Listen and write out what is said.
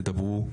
תדברו,